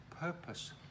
purpose